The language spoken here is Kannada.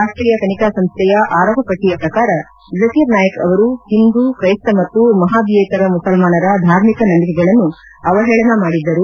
ರಾಷ್ಷೀಯ ತನಿಖಾ ಸಂಸ್ನೆಯ ಆರೋಪ ಪಟ್ಲಿಯ ಪ್ರಕಾರ ಜಕೀರ್ನಾಯಕ್ ಅವರು ಹಿಂದೂ ಕ್ರೈಸ್ತ ಮತ್ತು ವಹಾಬಿಯೇತರ ಮುಸಲ್ಲಾನರ ಧಾರ್ಮಿಕ ನಂಬಿಕೆಗಳನ್ನು ಅವಹೇಳನ ಮಾಡಿದ್ದರು